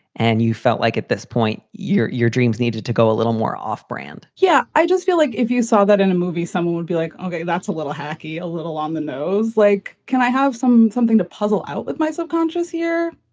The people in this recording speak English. and you felt like at this point, your your dreams needed to go a little more off brand yeah, i just feel like if you saw that in a movie, someone would be like, ok, that's a little hacky, a little on the nose. like, can i have some something to puzzle out with my subconscious here?